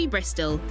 Bristol